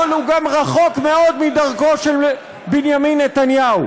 אבל הוא גם רחוק מאוד מדרכו של בנימין נתניהו.